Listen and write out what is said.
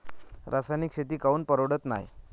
रासायनिक शेती काऊन परवडत नाई?